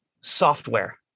software